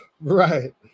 Right